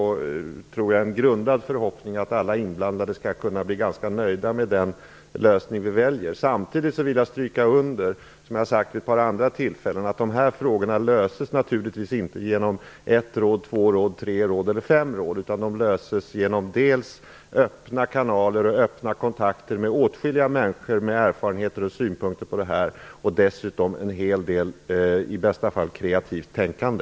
Jag har en grundad förhoppning om att alla inblandade skall kunna bli ganska nöjda med den lösning som kommer att väljas. Samtidigt vill jag stryka under att dessa frågor naturligtvis inte löses genom ett, två eller fem råd; det har jag sagt också vid ett par andra tillfällen. Frågorna löses genom dels öppna kanaler och kontakter med åtskilliga människor med erfarenheter och synpunkter, dels en hel del, i bästa fall kreativt, tänkande.